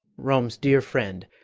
rome's dear friend,